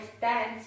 dance